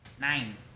nine